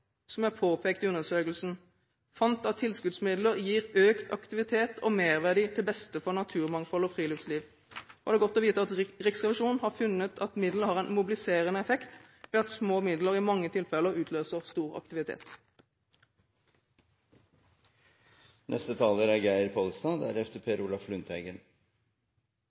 som er påpekt i undersøkelsen, fant at tilskuddsmidlene gir økt aktivitet og merverdi til beste for naturmangfold og friluftsliv. Det er godt å vite at Riksrevisjonen har funnet at midlene har en mobiliserende effekt, ved at små midler i mange tilfeller utløser stor aktivitet. Å ta vare på det biologiske mangfoldet er